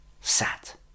sat